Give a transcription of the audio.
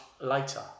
later